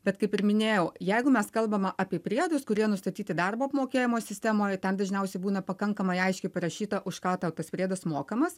bet kaip ir minėjau jeigu mes kalbame apie priedus kurie nustatyti darbo apmokėjimo sistemoje ten dažniausiai būna pakankamai aiškiai parašyta už ką tau tas priedas mokamas